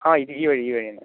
ആ ഈ വഴി ഈ വഴി തന്നെ